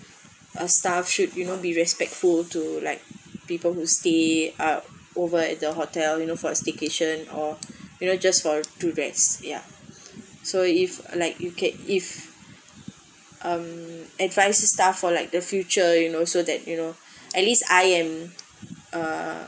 a staff should you know be respectful to like people who stay out over at the hotel you know for a staycation or you know just for to rest ya so if like you can if um advice to staff for like the future you know so that you know at least I am uh